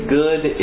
good